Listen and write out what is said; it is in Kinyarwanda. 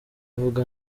avuga